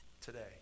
today